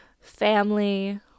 family